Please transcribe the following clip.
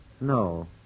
No